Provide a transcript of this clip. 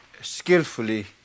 skillfully